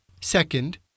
Second